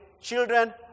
Children